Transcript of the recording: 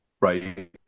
right